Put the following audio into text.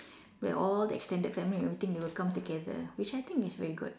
where all the extended family everything will come together which I think is very good